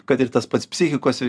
kad ir tas pats psichikos